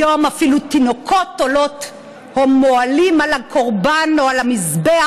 היום אפילו תינוקות עולים או מועלים לקורבן או על המזבח,